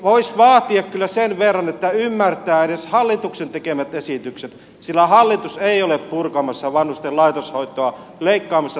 eli voisi vaatia kyllä sen verran että ymmärtää edes hallituksen tekemät esitykset sillä hallitus ei ole purkamassa vanhusten laitoshoitoa leikkaamassa tulevaa kasvua